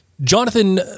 Jonathan